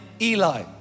Eli